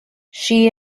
she